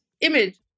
image